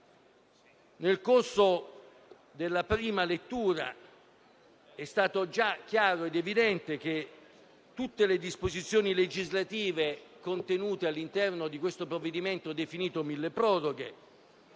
Nel corso della prima lettura erano già chiare ed evidenti tutte le disposizioni legislative contenute all'interno di questo provvedimento definito milleproroghe,